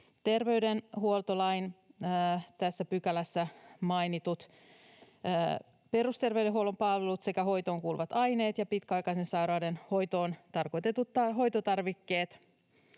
terveydenhuoltolain tässä pykälässä mainitut perusterveydenhuollon palvelut sekä hoitoon kuuluvat aineet ja pitkäaikaisen sairauden hoitoon tarkoitetut hoitotarvikkeet,